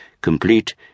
complete